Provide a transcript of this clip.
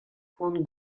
poan